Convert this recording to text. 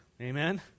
Amen